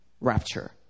Rapture